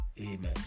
Amen